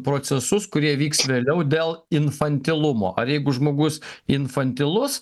procesus kurie vyks vėliau dėl infantilumo ar jeigu žmogus infantilus